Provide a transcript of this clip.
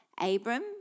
Abram